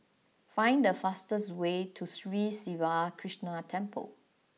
find the fastest way to Sri Siva Krishna Temple